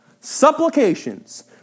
supplications